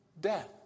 Death